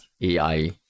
AI